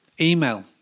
Email